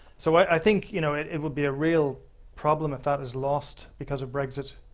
so i think you know it will be a real problem if that was lost because of brexit.